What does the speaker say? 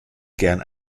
gern